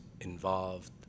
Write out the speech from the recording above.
involved